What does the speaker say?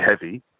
heavy